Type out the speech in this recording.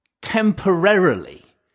temporarily